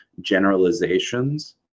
generalizations